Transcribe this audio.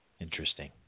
Interesting